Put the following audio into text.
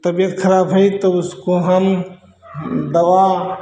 तबियत खराब भई तो उसको हम दवा